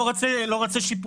לא רוצה שיפוצים,